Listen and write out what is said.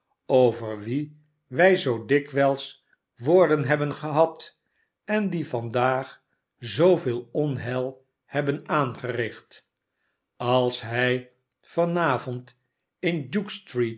over wie wij zoo dikwijls woorden hebben gehad en die vandaag zooveel onheil hebben aangericht als hij an avond in